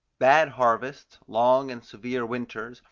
bad harvests, long and severe winters,